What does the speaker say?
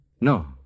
No